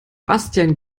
bastian